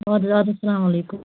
اَدٕ حظ اَدٕ حظ السلام علیکُم